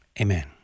Amen